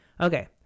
Okay